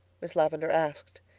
miss lavendar asked,